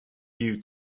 you